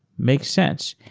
makes sense.